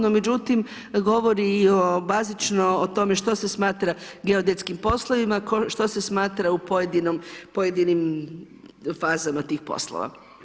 No međutim, govori i o bazično o tome što se smatra geodetskim poslovima, što se smatra u pojedinim fazama tih poslova.